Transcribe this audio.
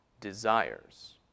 desires